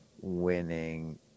winning